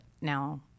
now